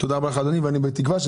תודה לך אדוני היושב ראש.